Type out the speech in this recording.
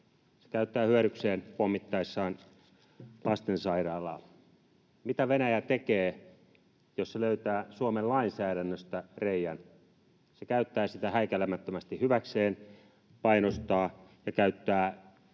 Se käyttää sitä hyödykseen pommittaessaan lastensairaalaa. Mitä Venäjä tekee, jos se löytää Suomen lainsäädännöstä reiän? Se käyttää sitä häikäilemättömästi hyväkseen, painostaa ja käyttää